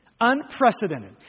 Unprecedented